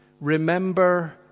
remember